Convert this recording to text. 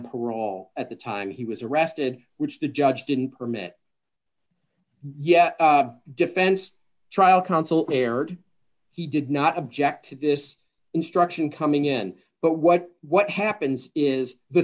parole at the time he was arrested which the judge didn't permit yes defense trial counsel error he did not object to this instruction coming in but what what happens is